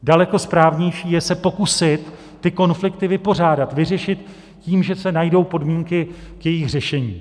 Daleko správnější je se pokusit ty konflikty vypořádat, vyřešit tím, že se najdou podmínky k jejich řešení.